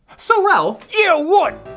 so, ralph. yeah, what?